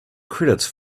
credits